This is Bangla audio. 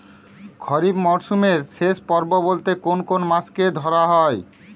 খরিপ মরসুমের শেষ পর্ব বলতে কোন কোন মাস কে ধরা হয়?